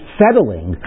settling